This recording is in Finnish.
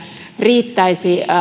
riittäisi